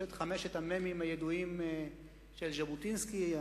יש חמשת המ"מים הידועים של ז'בוטינסקי.